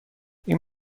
این